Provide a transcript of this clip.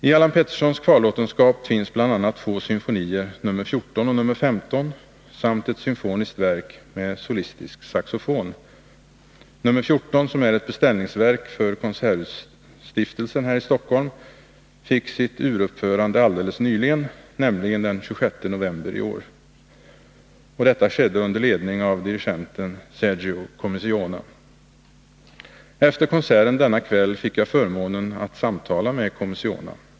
I Allan Petterssons kvarlåtenskap finns bl.a. två symfonier, nr 14 och 15, samt ett symfoniskt verk med solistisk saxofon. Nr 14, som är ett beställningsverk för Konserthusstiftelsen här i Stockholm, fick sitt uruppförande alldeles nyligen, nämligen den 26 november i år. Det skedde under ledning av dirigenten Sergiu Comissiona. Efter konserten denna kväll fick jag förmånen att samtala med Comissiona.